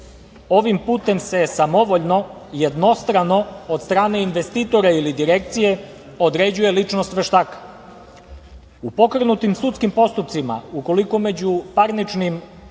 putem se samovoljno, jednostrano od strane investitora ili direkcije određuje ličnost veštaka.U pokrenutim sudskim postupcima ukoliko među parničnim